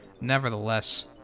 nevertheless